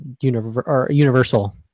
universal